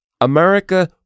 America